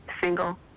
single